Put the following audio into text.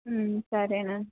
సరేనా